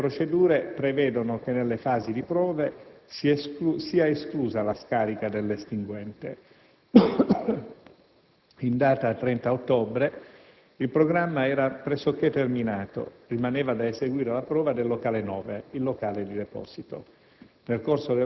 Dette procedure prevedono che nelle fasi di prove sia esclusa la scarica dell'estinguente. In data 30 ottobre, il programma era pressoché terminato. Rimaneva da eseguire la prova del locale 9, il locale di deposito.